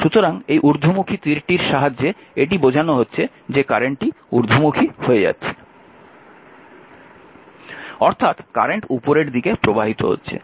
সুতরাং এই ঊর্ধ্বমুখী তীরটির সাহায্যে এটি বোঝানো হচ্ছে যে কারেন্টটি ঊর্ধ্বমুখী হয়ে যাচ্ছে অর্থাৎ কারেন্ট উপরের দিকে প্রবাহিত হচ্ছে